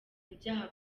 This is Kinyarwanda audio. ibyaha